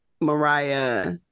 Mariah